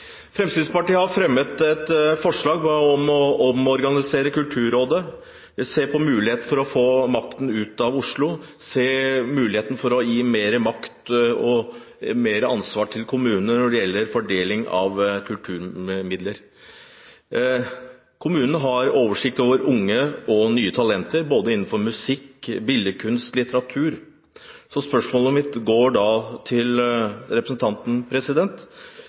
Fremskrittspartiet har fremmet et forslag om å omorganisere Kulturrådet – se på muligheten for å få makten ut av Oslo, se på muligheten for å gi mer makt og mer ansvar til kommunene når det gjelder fordeling av kulturmidler. Kommunene har oversikt over unge og nye talenter, både innenfor musikk, billedkunst og litteratur. Spørsmålet mitt til representanten er: Kan Senterpartiet og representanten